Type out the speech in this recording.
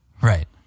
Right